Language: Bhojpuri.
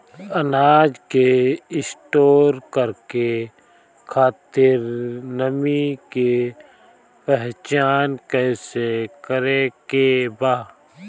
अनाज के स्टोर करके खातिर नमी के पहचान कैसे करेके बा?